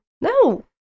No